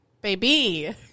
Baby